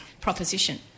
proposition